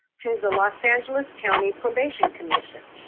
to the los angeles county probation commission.